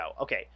okay